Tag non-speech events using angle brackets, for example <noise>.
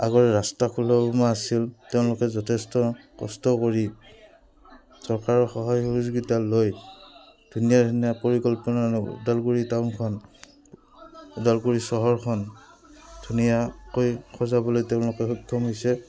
আগৰে ৰাস্তা <unintelligible> আছিল তেওঁলোকে যথেষ্ট কষ্ট কৰি চৰকাৰৰ সহায় সহযোগিতা লৈ ধুনীয়া ধুনীয়া পৰিকল্পনা ওদালগুৰি টাউনখন ওদালগুৰি চহৰখন ধুনীয়াকৈ সজাবলৈ তেওঁলোকে সক্ষম হৈছে